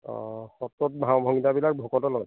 অঁ সত্ৰত ভাও ভংগীমাবিলাক ভকতে লয়